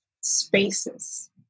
spaces